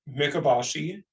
Mikabashi